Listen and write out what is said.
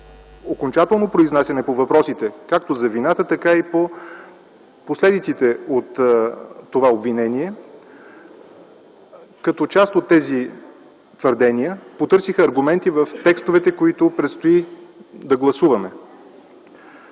окончателно произнасяне по въпросите – както за вината, така и по последиците от това обвинение. Като част от тези твърдения потърсих аргументи в текстовете, които предстои да гласуваме.